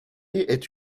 est